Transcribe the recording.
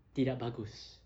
tidak bagus